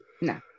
No